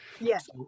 Yes